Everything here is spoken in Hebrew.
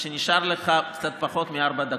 קצת פחות מארבע דקות,